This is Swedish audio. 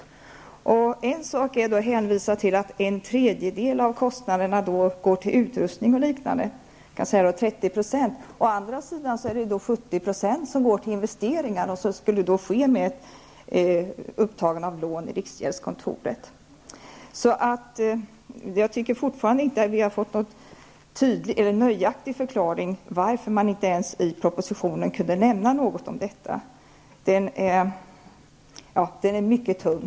Det är en sak att hänvisa till att en tredjedel av kostnaderna går till utrustning och liknande, dvs. 30 %. Å andra sidan är det 70 % som går till investeringar, som skulle ske med hjälp av upptagning av lån i riksdgäldskontoret. Jag tycker fortfarande att jag inte har fått någon nöjaktig förklaring till varför man inte ens i propositionen kunde nämna något om detta. Den är mycket tunn.